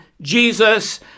Jesus